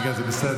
כן, זה בסדר.